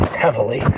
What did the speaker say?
heavily